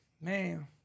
man